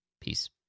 Peace